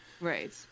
Right